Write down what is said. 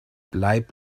bleib